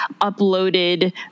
uploaded